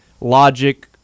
logic